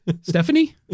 Stephanie